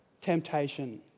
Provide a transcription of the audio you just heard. temptation